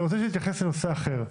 אני רוצה שתתייחס לנושא אחר,